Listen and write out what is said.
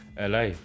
LA